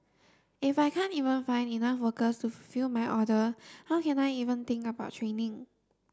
if I can't even find enough workers to fulfil my order how can I even think about training